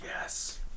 yes